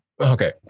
Okay